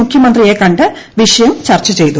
മുഖ്യമന്ത്രിയെ ക ് വിഷയം ചർച്ച ചെയ്തു